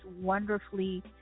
wonderfully